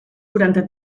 quaranta